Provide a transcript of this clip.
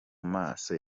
maso